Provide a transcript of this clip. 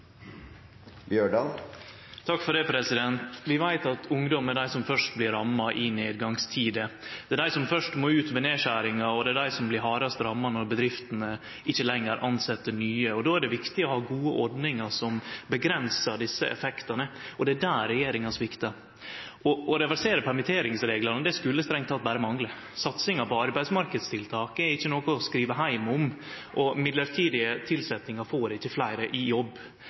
Vi veit at ungdom er dei som først blir ramma i nedgangstider. Det er dei som først må ut ved nedskjeringar, og det er dei som blir hardast ramma når bedriftene ikkje lenger tilset nye. Då er det viktig å ha gode ordningar som avgrensar desse effektane. Og det er der regjeringa sviktar. Å reversere permitteringsreglane skulle sant å seie berre mangle. Satsinga på arbeidsmarknadstiltak er ikkje noko å skrive heim om, og mellombelse tilsetjingar får ikkje fleire i jobb.